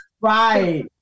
right